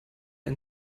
ein